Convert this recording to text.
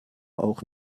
auch